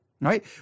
right